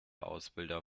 ausbilder